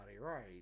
right